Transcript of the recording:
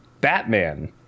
Batman